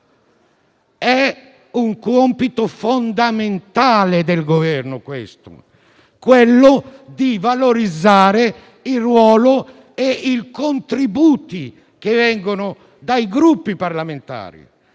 È un compito fondamentale del Governo quello di valorizzare il ruolo e i contributi che vengono dai Gruppi parlamentari.